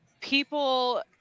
people